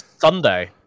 sunday